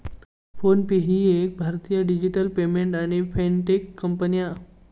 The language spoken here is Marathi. फोन पे ही एक भारतीय डिजिटल पेमेंट आणि फिनटेक कंपनी आसा